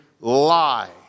lie